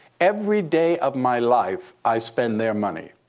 every day of my life, i spend their money.